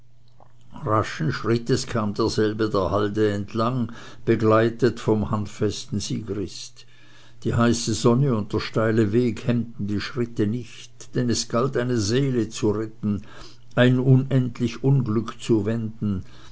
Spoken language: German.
raschen schrittes kam derselbe der halde entlang begleitet vom handfesten sigrist die heiße sonne und der steile weg hemmten die schritte nicht denn es galt eine seele zu retten ein unendlich unglück zu wenden